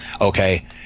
okay